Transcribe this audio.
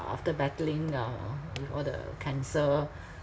after battling uh with all the cancer